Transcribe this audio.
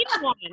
one